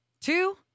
two